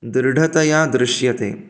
दृढतया दृश्यते